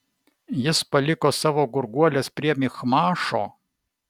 jis paliko savo gurguoles prie michmašo